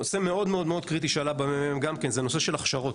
נושא מאוד מאוד מאוד קריטי שעלה גם כן ב-ממ"מ זה נושא של ההכשרות,